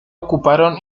ocuparon